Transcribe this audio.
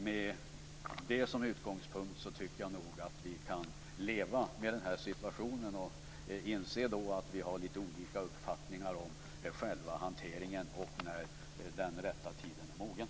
Med det som utgångspunkt tycker jag nog att vi kan leva med denna situation och inse att vi har litet olika uppfattningar om själva hanteringen och när den rätta tiden är mogen.